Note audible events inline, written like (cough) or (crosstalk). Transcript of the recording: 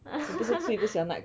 (laughs)